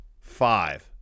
five